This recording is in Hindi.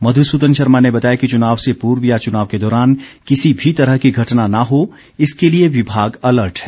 मधुसूदन शर्मा ने बताया कि चुनाव से पूर्व या चुनाव के दौरान किसी भी तरह की घटना न हो इसके लिए विभाग अलर्ट है